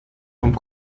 vom